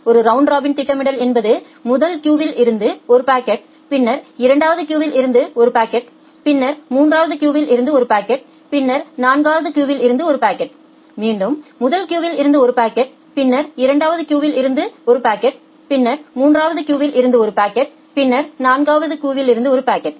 ஒரு round robin திட்டமிடல் என்பது முதல் கியூவில் இருந்து ஒரு பாக்கெட் பின்னர் இரண்டாவது கியூவில் இருந்து ஒரு பாக்கெட் பின்னர் மூன்றாவது கியூவில் இருந்து ஒரு பாக்கெட் பின்னர் நான்காவது கியூவில் இருந்து ஒரு பாக்கெட் மீண்டும் முதல் கியூவில் இருந்து ஒரு பாக்கெட் பின்னர் இரண்டாவது கியூவில் இருந்து ஒரு பாக்கெட் பின்னர் மூன்றாவது கியூவில் இருந்து ஒரு பாக்கெட் பின்னர் நான்காவது கியூவில் இருந்து ஒரு பாக்கெட்